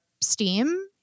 Steam